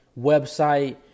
website